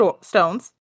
stones